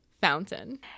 fountain